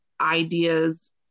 ideas